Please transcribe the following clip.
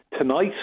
tonight